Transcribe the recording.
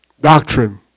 Doctrine